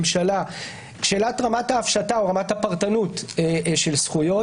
שאלת רמת ההפשטה או הפרטנות של זכויות.